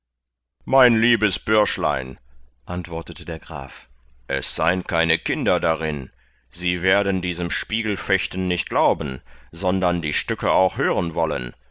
mein liebes bürschlein antwortete der graf es sein keine kinder darin sie werden diesem spiegelfechten nicht glauben sondern die stücke auch hören wollen